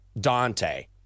Dante